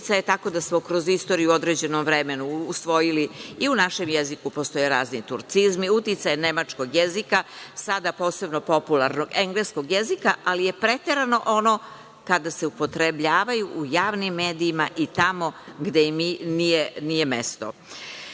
uticaje tako da smo kroz istoriju u određenom vremenu usvojili i u našem jeziku postoje razni turcizmi, uticaji nemačkog jezika, sada posebno popularnog engleskog jezika, ali je preterano ono kada se upotrebljavaju u javnim medijima i tamo gde im nije